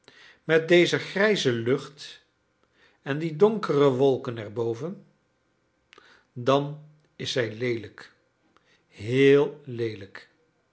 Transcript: met die grijze lucht en die donkere wolken erboven dan is zij leelijk heel leelijk